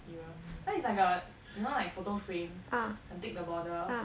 mirror so it's like a you know like photo frame can take the border